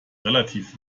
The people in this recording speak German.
relativ